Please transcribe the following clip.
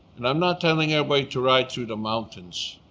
and i'm not telling everybody to ride through the mountains,